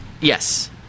Yes